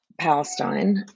Palestine